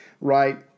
right